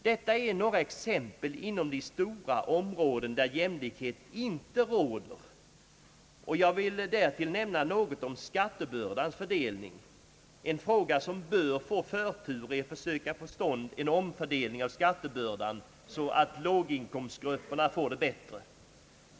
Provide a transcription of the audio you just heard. Detta är några exempel inom de stora områdena där jämlikhet inte råder. Jag vill därtill nämna något om skattebördans fördelning. En fråga som bör få förtur är att försöka få till stånd en omfördelning av skattebördan, så att låginkomstgrupperna får det bättre.